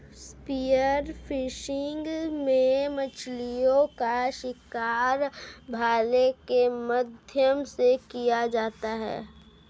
spear fishing में मछलीओं का शिकार भाले के माध्यम से किया जाता है